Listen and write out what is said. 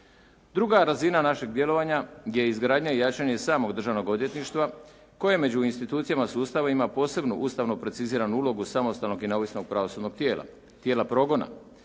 Druga razina našeg djelovanja je izgradnja i jačanje samog državnog odvjetništva koje među institucijama sustava ima posebnu ustavno preciziranu ulogu samostalnog i neovisnog pravosudnog tijela, tijela progona